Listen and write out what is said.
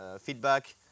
feedback